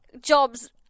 jobs